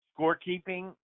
scorekeeping